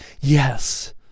Yes